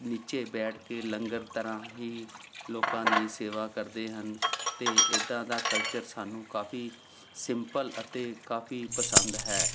ਨੀਚੇ ਬੈਠ ਕੇ ਲੰਗਰ ਤਰ੍ਹਾਂ ਹੀ ਲੋਕਾਂ ਦੀ ਸੇਵਾ ਕਰਦੇ ਹਨ ਅਤੇ ਇੱਦਾਂ ਦਾ ਕਲਚਰ ਸਾਨੂੰ ਕਾਫੀ ਸਿੰਪਲ ਅਤੇ ਕਾਫੀ ਪਸੰਦ ਹੈ